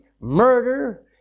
murder